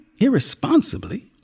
irresponsibly